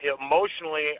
Emotionally